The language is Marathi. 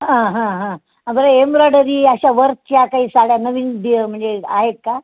हां हां हां बरं एम्ब्रॉयडरी अशा वर्कच्या काही साड्या नवीन दि म्हणजे आहेत का